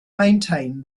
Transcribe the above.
maintain